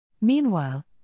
Meanwhile